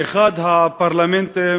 אחד הפרלמנטים